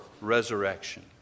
resurrection